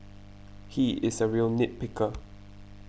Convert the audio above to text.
he is a real nit picker